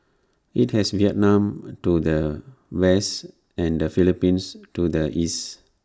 IT has Vietnam to the west and the Philippines to the east